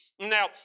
Now